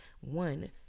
One